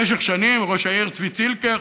במשך שנים ראש העיר צבי צילקר